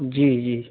जी जी